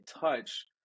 touch